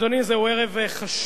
אדוני, זהו ערב חשוב